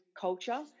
culture